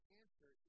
answer